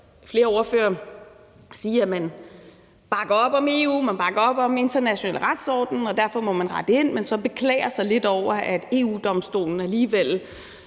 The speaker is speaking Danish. flere ordførere sige, at man bakker op om EU, man bakker op om international retsorden, og derfor må man rette ind, men som beklager sig lidt over, at EU-Domstolen alligevel